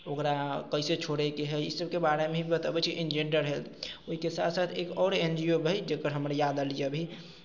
ओकरा केना छोड़ैके हइ ई सबके बारेमे भी बतबैत छै ई ने जनरल हेल्थ ओहिके साथ साथ एक आओर एन जी ओ हइ जेकर हमर याद आएल अभी